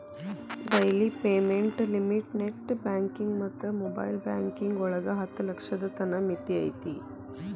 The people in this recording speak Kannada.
daily payment limit net banking ಮತ್ತ ಮೊಬೈಲ್ ಬ್ಯಾಂಕಿಂಗ್ ಒಳಗ ಹತ್ತ ಲಕ್ಷದ್ ತನ ಮಿತಿ ಐತಿ